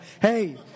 hey